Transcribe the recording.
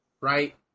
right